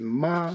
ma